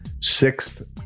sixth